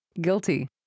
guilty